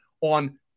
on